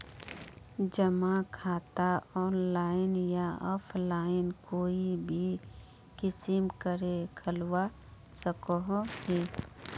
जमा खाता ऑनलाइन या ऑफलाइन कोई भी किसम करे खोलवा सकोहो ही?